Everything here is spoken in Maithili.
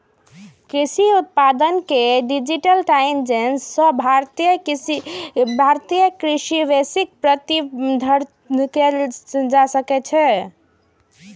कृषि उत्पाद के डिजिटाइजेशन सं भारतीय कृषि वैश्विक प्रतिस्पर्धा कैर सकै छै